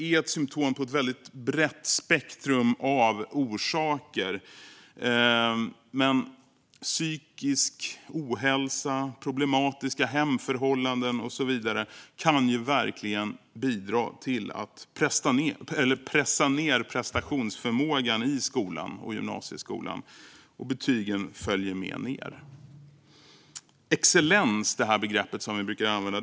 Det är ett symtom på ett väldigt brett spektrum av orsaker. Men psykisk ohälsa, problematiska hemförhållanden och så vidare kan verkligen bidra till att pressa ned prestationsförmågan i skolan och i gymnasieskolan, och betygen följer med ned. Excellens är ett begrepp som vi brukar använda.